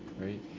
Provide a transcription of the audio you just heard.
right